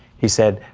he said,